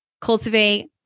cultivate